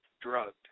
drugged